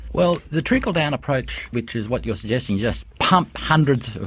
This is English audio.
well, the trickle-down approach, which is what you're suggesting, just pump hundreds,